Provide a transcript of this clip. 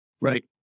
Right